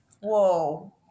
Whoa